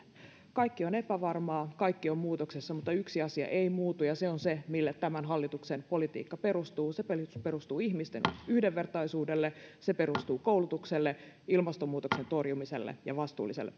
kaikki on epävarmaa kaikki on muutoksessa mutta yksi asia ei muutu ja se on se mille tämän hallituksen politiikka perustuu se perustuu ihmisten yhdenvertaisuudelle se perustuu koulutukselle ilmastonmuutoksen torjumiselle ja vastuulliselle